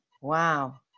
Wow